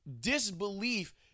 disbelief